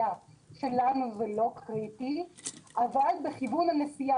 שלנו זה לא קריטי אבל בכיוון הנסיעה,